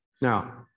Now